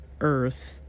earth